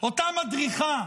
אותה מדריכה,